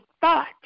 thought